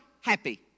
happy